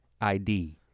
ID